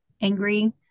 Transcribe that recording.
angry